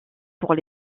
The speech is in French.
pour